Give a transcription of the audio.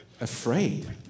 afraid